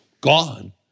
gone